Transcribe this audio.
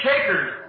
shakers